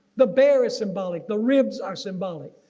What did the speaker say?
the bear is symbolic. the ribs are symbolic,